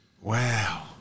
Wow